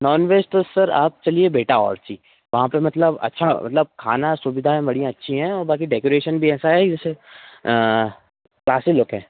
non veg तो sir आप चलिए बेटा ऑडसी वहाँ पर मतलब अच्छा मतलब खाना सुविधाएँ बड़ी अच्छी हैं और बाकी डेकोरेशन भी ऐसा है कि जैसे क्लासी लुक है